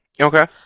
Okay